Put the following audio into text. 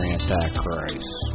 Antichrist